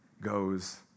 goes